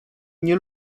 nie